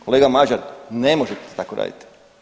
Kolega Mažar, ne možete tako raditi.